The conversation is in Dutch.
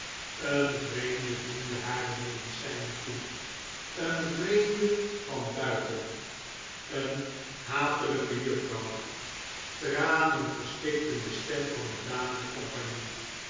een vreemde diende haar de medicijnen toe een vreemde van buiten een hatelijke juffrouw tranen verstikten de stem van de dame de compagnie